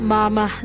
Mama